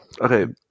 Okay